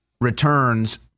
returns